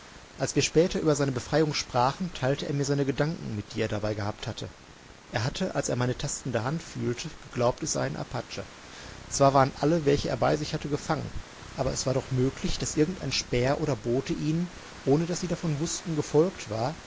als wir später über seine befreiung sprachen teilte er mir seine gedanken mit die er dabei gehabt hatte er hatte als er meine tastende hand fühlte geglaubt es sei ein apache zwar waren alle welche er bei sich hatte gefangen aber es war doch möglich daß irgend ein späher oder bote ihnen ohne daß sie davon wußten gefolgt war